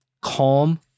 calm